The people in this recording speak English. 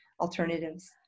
alternatives